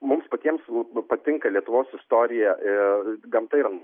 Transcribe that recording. mums patiems patinka lietuvos istorija gamta yra nuostabi yra